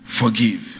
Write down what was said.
forgive